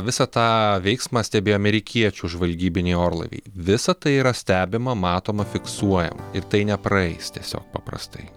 visą tą veiksmą stebėjo amerikiečių žvalgybiniai orlaiviai visa tai yra stebima matoma fiksuojama ir tai nepraeis tiesiog paprastai